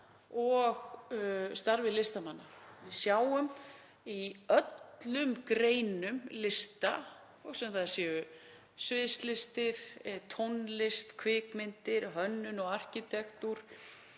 og starfi listamanna. Við sjáum í öllum greinum lista, hvort sem það eru sviðslistir, tónlist, kvikmyndir, hönnun og arkitektúr,